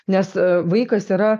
nes vaikas yra